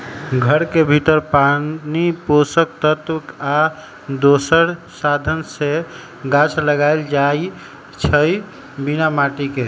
घर के भीतर पानी पोषक तत्व आ दोसर साधन से गाछ लगाएल जाइ छइ बिना माटिके